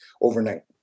overnight